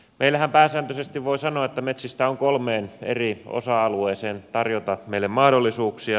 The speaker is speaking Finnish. meillähän pääsääntöisesti voi sanoa että metsistä on kolmeen eri osa alueeseen tarjota meille mahdollisuuksia